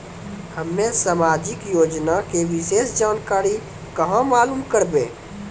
हम्मे समाजिक योजना के विशेष जानकारी कहाँ मालूम करबै?